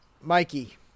Mikey